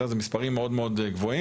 זה מספרים מאוד מאוד גבוהים,